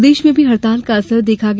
प्रदेश में भी हड़ताल का असर देखा गया